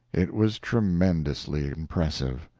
it was tremendously impressive.